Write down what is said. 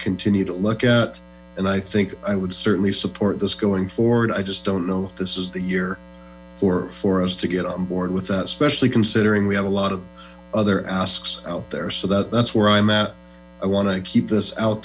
continue to look at and i think i would certainly support this going forward i just don't know if this is the year for for us to get on board with that especially considering we have a lot of other assets out there so that's where i'm at i want to keep this out